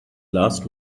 last